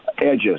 Edges